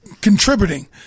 contributing